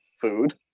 food